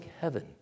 heaven